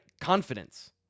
confidence